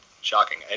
shocking